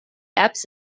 epps